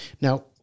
now